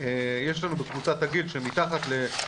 יש כמה בתי חולים שהם עדיין פנויים,